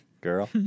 Girl